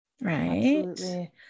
right